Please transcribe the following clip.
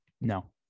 no